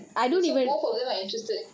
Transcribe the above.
wait so both of them are interested